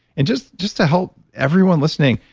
and just just to help everyone listening,